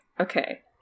Okay